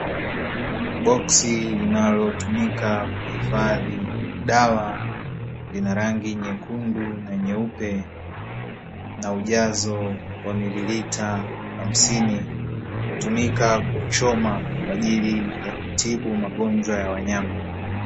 Boksi linalotumika kuhifadhi dawa lina rangi nyekundu na nyeupe na ujazo wa mililita hamsini, hutumika kuchoma kwa ajili ya kutibu magonjwa ya wanyama.